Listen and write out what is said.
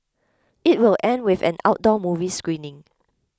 it will end with an outdoor movie screening